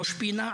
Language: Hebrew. ראש פינה,